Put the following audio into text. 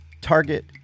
Target